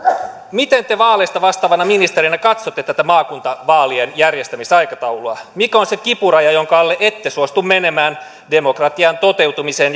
miten te vaaleista vastaavana ministerinä katsotte tätä maakuntavaalien järjestämisaikataulua mikä on se kipuraja jonka alle ette suostu menemään demokratian toteutumisen